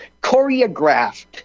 choreographed